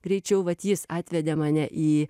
greičiau vat jis atvedė mane į